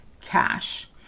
cash